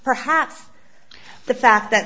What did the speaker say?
perhaps the fact that